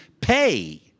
pay